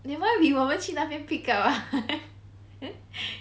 never mind we will 我们去那边 pick up ah